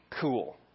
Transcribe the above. cool